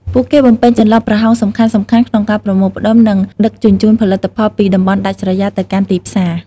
ពួកគេបំពេញចន្លោះប្រហោងសំខាន់ៗក្នុងការប្រមូលផ្តុំ និងដឹកជញ្ជូនផលិតផលពីតំបន់ដាច់ស្រយាលទៅកាន់ទីផ្សារ។